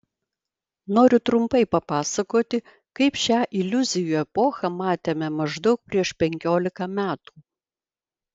noriu trumpai papasakoti kaip šią iliuzijų epochą matėme maždaug prieš penkiolika metų